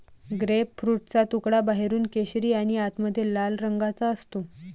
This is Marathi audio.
ग्रेपफ्रूटचा तुकडा बाहेरून केशरी आणि आतमध्ये लाल रंगाचा असते